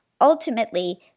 ultimately